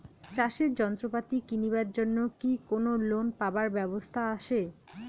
চাষের যন্ত্রপাতি কিনিবার জন্য কি কোনো লোন পাবার ব্যবস্থা আসে?